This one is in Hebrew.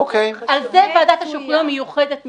ועל זה ועדת השחרורים המיוחדת תסתמך,